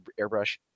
airbrush